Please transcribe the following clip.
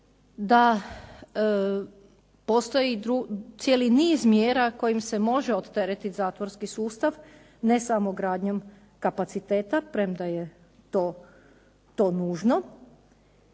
da postoji cijeli niz mjera kojim se može opteretit zatvorski sustav, ne samo gradnjom kapaciteta, premda je to nužno.